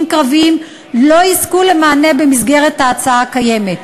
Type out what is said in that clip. קרביים לא יזכו למענה במסגרת ההצעה הקיימת.